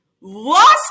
lost